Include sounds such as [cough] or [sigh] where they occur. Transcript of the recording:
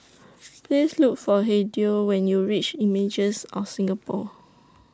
[noise] Please Look For Hideo when YOU REACH Images of Singapore